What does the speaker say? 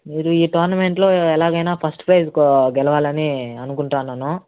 మీరు ఈ టోర్నమెంట్లో ఎలాగైనా ఫస్ట్ ప్రైజ్ గెలవాలని అనుకుంటున్నాను